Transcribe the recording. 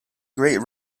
great